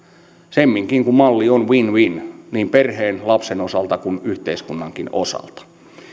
semminkin kun malli on win win niin perheen lapsen osalta kuin yhteiskunnankin osalta